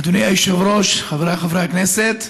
אדוני היושב-ראש, חבריי חברי הכנסת,